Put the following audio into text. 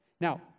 Now